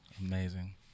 amazing